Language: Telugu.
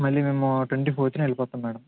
మళ్లీ మేము ట్వంటీ ఫోర్త్న వెళ్ళిపోతాం మేడం